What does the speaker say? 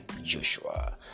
Joshua